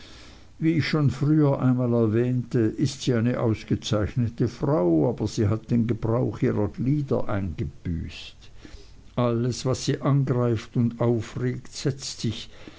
wie ich schon früher einmal erwähnte ist sie eine ausgezeichnete frau aber sie hat den gebrauch ihrer glieder eingebüßt alles was sie angreift und aufregt setzt sich